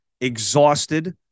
exhausted